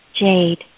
jade